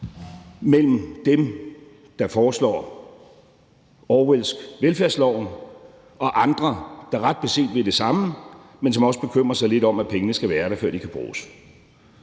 mellem dem, der på Orwellsk foreslår velfærdsloven, og andre, der ret beset vil det samme, men som også bekymrer sig lidt om, at pengene skal være der, før de kan bruges.